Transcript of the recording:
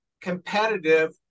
competitive